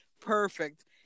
perfect